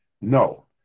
No